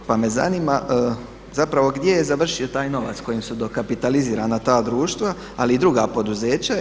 Pa me zanima zapravo gdje je završio taj novac kojim su dokapitalizirana ta društva ali i druga poduzeća?